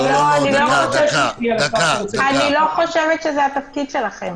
אני לא חושבת שזה תפקידכם.